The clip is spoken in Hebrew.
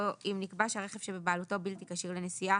אם נקבע שהרכב בבעלותו בלתי כשיר לנסיעה